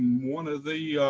one of the